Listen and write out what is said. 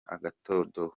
agatadowa